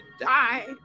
die